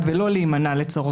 קורא לך לסדר